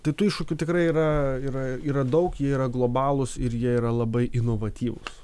tai tų iššūkių tikrai yra yra yra daug jie yra globalūs ir jie yra labai inovatyvūs